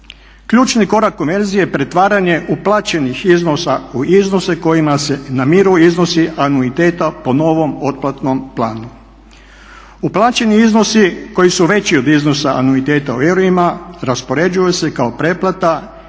Ključni korak konverzije je pretvaranje plaćenih iznosa u iznose kojima se namiruju iznosi anuiteta po novom otplatnom planu. Uplaćeni iznosi koji su veći od iznosa anuiteta u eurima raspoređuju se kao preplata čime bi